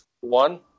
One